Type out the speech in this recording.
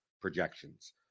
projections